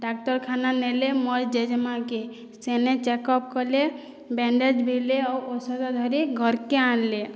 ଡାକ୍ତରଖାନା ନେଲେ ମୋର୍ ଜେଜେମା'କେ ସେନେ ଚେକ୍ଅପ୍ କଲେ ବେନ୍ଡେଜ୍ ଭିଡ଼୍ଲେ ଆଉ ଔଷଧ ଧରି ଘର୍କେ ଆନ୍ଲେ